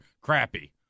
crappy